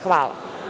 Hvala.